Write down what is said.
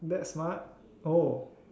that's smart oh